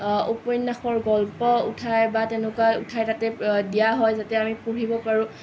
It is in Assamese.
উপন্যাসৰ গল্প উঠাই বা তেনেকুৱা উঠাই তাতে দিয়া হয় যাতে আমি পঢ়িব পাৰোঁ